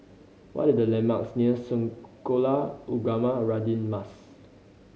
what are the landmarks near Sekolah Ugama Radin Mas